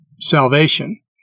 salvation